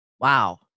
Wow